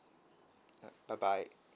bye bye